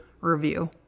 review